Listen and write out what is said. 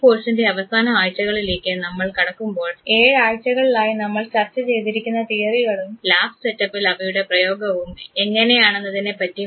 ഈ കോഴ്സിൻറെ അവസാന ആഴ്ചയിലേക്ക് നമ്മൾ കടക്കുമ്പോൾ ഏഴ് ആഴ്ചകളിലായി നമ്മൾ ചർച്ച ചെയ്തിരിക്കുന്ന ചില തിയറികളും ലാബ് സെറ്റപ്പിൽ അവയുടെ പ്രയോഗവും എങ്ങനെയാണെന്നതിനെ പറ്റി മനസ്സിലാക്കുന്നു